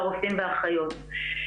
והרופאים והאחיות.